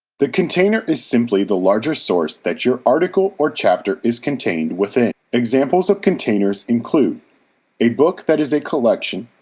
the container is simply the larger source that your article or chapter is contained within. examples of containers include a book that is a collection,